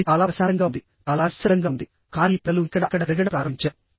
అది చాలా ప్రశాంతంగా ఉంది చాలా నిశ్శబ్దంగా ఉంది కానీ ఈ పిల్లలు ఇక్కడ అక్కడ తిరగడం ప్రారంభించారు